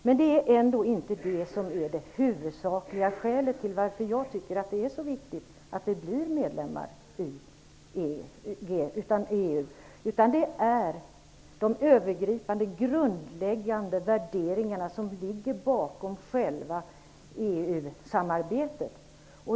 Men det är ändå inte det som är det huvudsakliga skälet till att jag tycker att det är så viktigt att vi blir medlemmar i EU, utan det är de övergripande, grundläggande värderingar som ligger bakom själva EU-samarbetet.